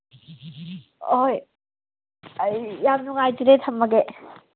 ꯍꯣꯏ ꯑꯩ ꯌꯥꯝ ꯅꯨꯡꯉꯥꯏꯖꯔꯦ ꯊꯃꯃꯒꯦ